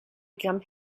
become